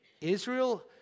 Israel